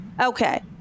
okay